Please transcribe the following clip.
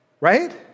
Right